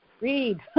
Read